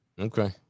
Okay